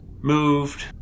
moved